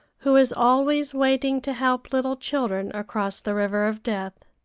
who is always waiting to help little children across the river of death.